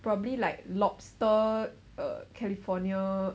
probably like lobster uh california